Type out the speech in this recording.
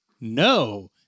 no